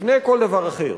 לפני כל דבר אחר,